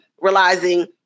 realizing